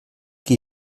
qui